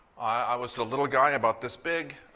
i was a little guy about this big.